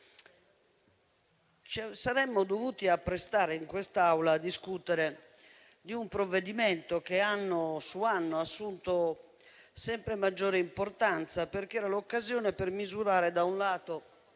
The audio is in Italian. saremmo dovuti apprestare a discutere in quest'Aula un provvedimento che anno dopo anno ha assunto sempre maggiore importanza, perché era l'occasione per misurare - da un lato